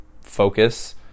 focus